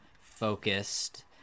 focused